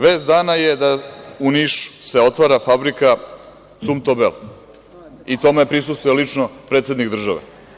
Vest dana je da se u Nišu otvara fabrika „Cumtobel“ i tome prisustvuje lično predsednik države.